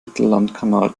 mittellandkanal